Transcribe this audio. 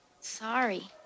Sorry